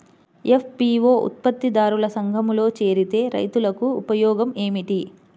FPO ఉత్పత్తి దారుల సంఘములో చేరితే రైతులకు ఉపయోగము ఏమిటి?